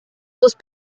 sus